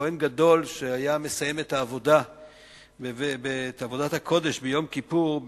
כוהן גדול שהיה מסיים את עבודת הקודש ביום כיפור,